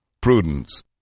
Prudence